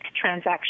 transaction